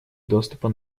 доступа